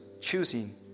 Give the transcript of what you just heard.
choosing